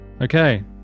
Okay